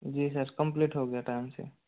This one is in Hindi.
जी सर कम्प्लीट हो गया टाइम से